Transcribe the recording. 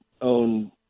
own